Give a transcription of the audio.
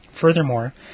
Furthermore